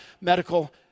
medical